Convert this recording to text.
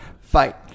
fight